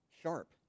sharp